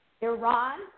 Iran